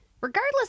Regardless